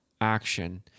action